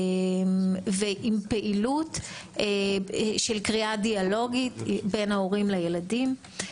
ועם פעילות של קריאה דיאלוגית בין ההורים לילדים.